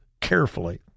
carefully